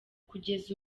kugeza